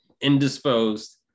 indisposed